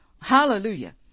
Hallelujah